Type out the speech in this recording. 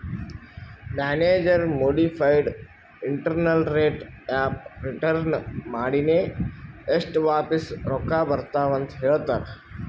manager modified internal rate of return ಮಾಡಿನೆ ಎಸ್ಟ್ ವಾಪಿಸ್ ರೊಕ್ಕಾ ಬರ್ತಾವ್ ಅಂತ್ ಹೇಳ್ತಾರ್